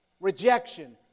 rejection